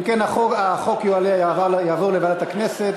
אם כן, הצעת החוק תועלה לוועדת הכנסת.